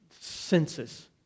senses